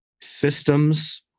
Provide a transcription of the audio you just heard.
systems